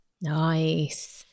nice